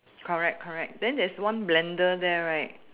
correct correct then there's one blender there right